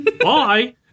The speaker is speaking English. Bye